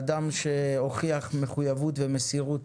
אדם שהוכיח מחויבות ומסירות